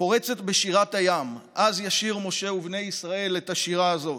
פורצת בשירת הים: אז ישיר משה ובני ישראל את השירה הזאת,